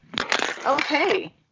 Okay